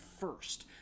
first